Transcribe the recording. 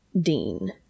Dean